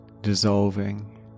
dissolving